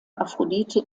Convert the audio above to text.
aphrodite